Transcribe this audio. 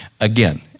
Again